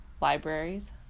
Libraries